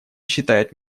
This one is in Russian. считает